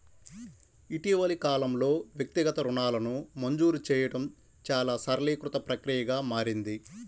ఇటీవలి కాలంలో, వ్యక్తిగత రుణాలను మంజూరు చేయడం చాలా సరళీకృత ప్రక్రియగా మారింది